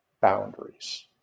boundaries